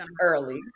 early